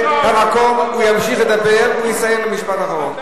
הוא ימשיך לדבר, הוא יסיים במשפט אחרון.